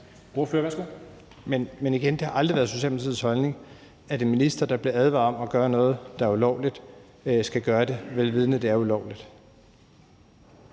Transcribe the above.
Men igen: Det har aldrig været Socialdemokratiets holdning, at en minister, der bliver advaret om at gøre noget, der er ulovligt, skal gøre det, vel vidende at det er ulovligt.